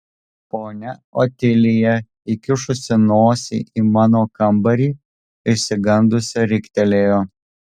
ponia otilija įkišusi nosį į mano kambarį išsigandusi riktelėjo